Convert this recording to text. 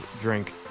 drink